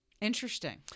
Interesting